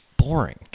Boring